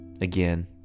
again